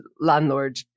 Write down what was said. landlord